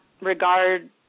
regard